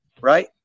right